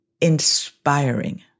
inspiring